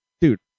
Dude